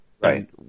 Right